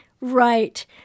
right